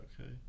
okay